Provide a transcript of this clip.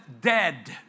dead